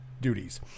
duties